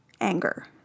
anger